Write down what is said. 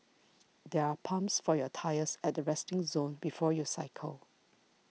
there are pumps for your tyres at the resting zone before you cycle